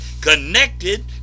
connected